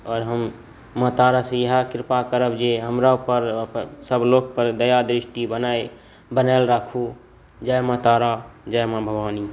हम माँ तारासँ इएह कृपा करब जे हमरापर सब लोकपर दया दृष्टि बनाए बनाएल राखू जय माँ तारा जय माँ भवानी